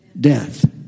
death